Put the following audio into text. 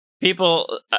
People